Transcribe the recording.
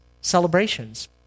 celebrations